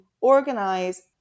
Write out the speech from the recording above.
organize